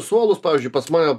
suolus pavyzdžiui pas mane